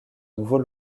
nouveau